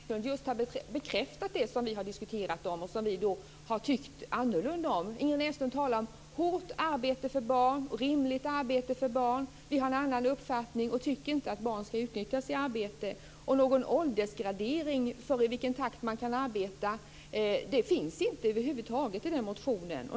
Fru talman! Jag kan bara konstatera att Ingrid Näslund just har bekräftat det som vi har diskuterat och som vi har tyckt annorlunda om. Ingrid Näslund talar om hårt arbete för barn och om rimligt arbete för barn. Vi har en annan uppfattning och tycker inte att barn ska utnyttjas i arbete. Någon åldersgradering för i vilken utsträckning barn kan arbeta finns över huvud taget inte i motionen.